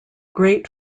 great